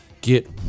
get